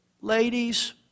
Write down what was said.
ladies